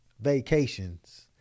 vacations